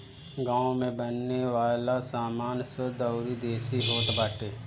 गांव में बने वाला सामान शुद्ध अउरी देसी होत बाटे